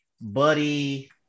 buddy